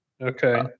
okay